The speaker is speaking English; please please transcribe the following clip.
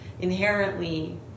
inherently